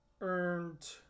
earned